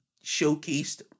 showcased